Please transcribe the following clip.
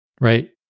Right